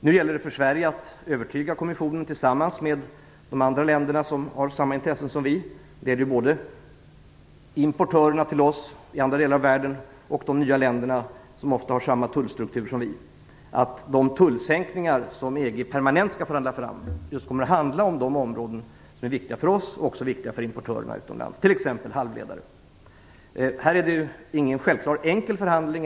Nu gäller det för Sverige att övertyga Kommissionen tillsammans med de andra länder som har samma intresse som vi - det gäller importörer i andra delar av världen och de nya länder som ofta har samma tullstruktur som vi - om att de tullsänkningar som EG permanent skall förhandla fram just skall gälla de länder som är viktiga för oss och för importörerna utomlands. Det gäller, som sagt, t.ex. halvledare. Det här är ingen enkel förhandling.